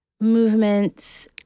movements